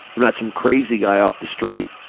i'm not some crazy guy off the street.